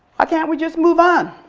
ah can't we just move on?